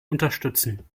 unterstützen